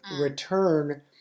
return